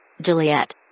Juliet